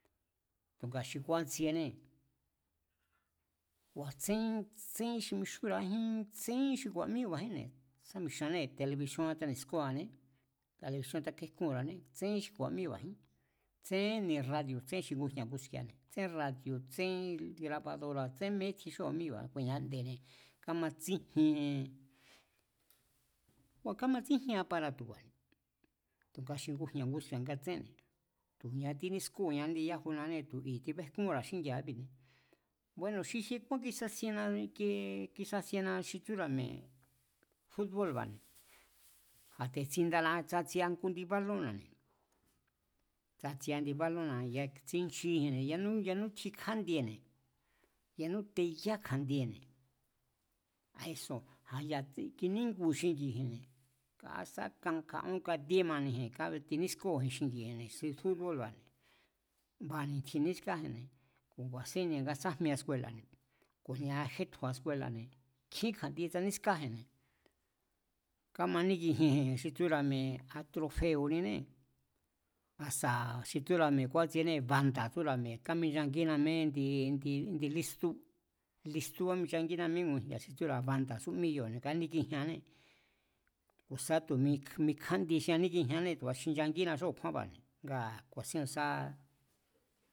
Tu̱nga xi kúátsienée̱ kua̱ tsenjín xi mixúnra̱ájín, tséjín xi ku̱a̱míba̱jínne̱ sá ku̱i̱xuanée̱ telebisíónján táni̱skóa̱ané, telebisíón tákéjkunra̱ané, tsénjín xi ku̱a̱míba̱jín, séén ni̱ radi̱o̱ tsén xi ngujña̱ nguski̱a̱, tsén radi̱o̱, tsen grabadora̱ tsemeítjin xí ku̱a̱míba̱ ku̱nia. nde̱ kamatsíjien, ngua̱ kámatsíjien aparatu̱ba̱ne̱. Tu̱nga xi ngujña̱ nguski̱a̱ nga tsénne̱, tu̱ ña tínískóo̱ña kjíndi yajunanée̱ tu̱ i̱ tibejkúnra̱a xíngi̱a̱a íbi̱. Bueno̱ xi jie kúán kisasienna ikiee kisasienna xi tsúra̱ mi̱e̱ fut bóo̱l ba̱ne̱, a̱ te̱ tsindana, tsatsiea ngu indi bálónna̱ne̱, tsatsiea indi bálonna̱, ya̱ tsijnchijin yanú tjin kjándiene̱ yanú teya kja̱ndiene̱, a̱ eso a̱ya̱ tiníjnguji̱n xingiji̱nne̱, sá kan, kaón, katíe maniji̱n tinískóo̱ji̱n xingi̱ji̱n xi fút bóo̱lba̱ne̱, ba ni̱tjin nískaji̱nne̱ ku̱ ku̱a̱sín ni̱nga tsajmiea skuela̱ne̱ ku̱ne̱a jetju̱a skuela̱ne̱, nkjín kja̱ndie tsanískaji̱nne̱. Kámaníkijienji̱n xi tsúra̱ mi̱e̱ a trofeo̱ninée̱, asa̱ xi tsúra̱ mi̱e̱ kúátsiené banda̱ tsúra̱ mi̱e̱ káminchangí míé indi, indi lístú, listú áminchangína míée̱ ngujña̱ xi tsúra̱ banda̱ sú mi kione̱, nga káníkijieanné, ku̱ sá tu̱ mi kjándie xi káníkijieanné tu̱kuenda̱ xinchangína xí a̱kjúánba̱ne̱ ngaa̱ ku̱a̱sín